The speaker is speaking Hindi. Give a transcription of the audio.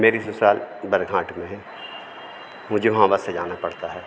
मेरी ससुराल बरघाँट में है मुझे वहाँ बस से जाना पड़ता है